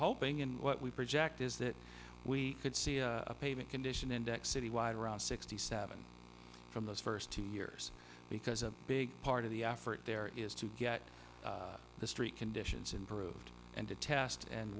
hoping and what we project is that we could see a pavement condition index citywide around sixty seven from those first two years because a big part of the effort there is to get the street conditions improved and to test and